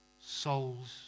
souls